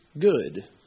good